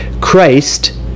Christ